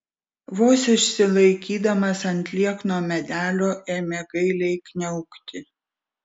vos išsilaikydamas ant liekno medelio ėmė gailiai kniaukti